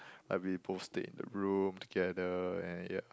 like we both stayed in the room together and yeah